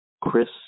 Chris